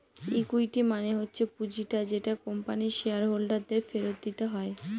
equity মানে হচ্ছে পুঁজিটা যেটা কোম্পানির শেয়ার হোল্ডার দের ফেরত দিতে হয়